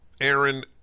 Aaron